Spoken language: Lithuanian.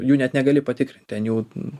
jų net negali patikrint ten jau